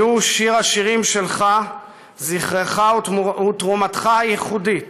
יהיו שיר השירים שלך, זכרך ותרומתך הייחודית